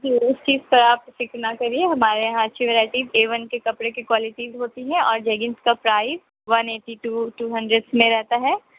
جی اس چیز پر آپ فکر نہ کریے ہمارے یہاں اچھی ورائٹیز اے ون کے کپڑے کی کوالٹیز ہوتی ہیں اور جیگنس کا price one eighty two two hundreds میں رہتا ہے